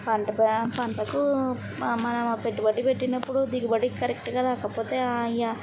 పంట పొలాల పంటకు మనం పెట్టుబడి పెట్టినప్పుడు దిగుబడి కరెక్ట్గా రాకపోతే ఆయా